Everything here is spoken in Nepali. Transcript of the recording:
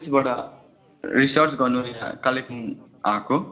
रिसार्च गर्नु यहाँ कलेबुङ आएको